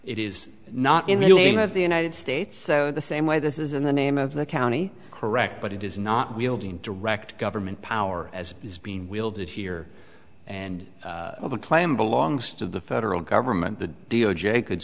it is not in the name of the united states so the same way this is in the name of the county correct but it is not wielding direct government power as is being wielded here and the claim belongs to the federal government the d o j could